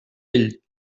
ell